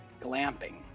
Glamping